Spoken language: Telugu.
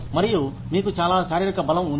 మరియు మీకు చాలా శారీరక బలం ఉంది